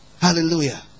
Hallelujah